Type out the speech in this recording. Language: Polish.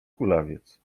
kulawiec